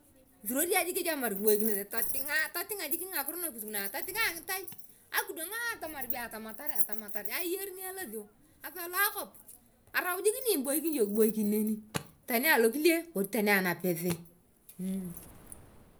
Esurori ayong kechi atamar kiboikinos totutanga atotinga ngakiro nakos nakus nu totunga angitai akidwang atamar atamatar atamatar ai eringa elosoi asalu akwap asiwor jik ni eboikin iyona kiboikin neni asalu akwap aliwori jik ni eboikin iyung kiboikin neni tani alokile wori tani aanese.